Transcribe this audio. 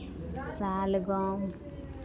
शलगम